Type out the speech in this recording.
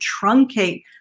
truncate